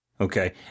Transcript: Okay